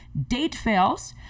DateFails